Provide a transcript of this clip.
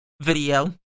video